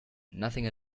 nothing